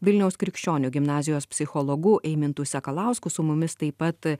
vilniaus krikščionių gimnazijos psichologu eimintu sakalausku su mumis taip pat